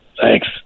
Thanks